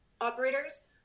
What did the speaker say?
operators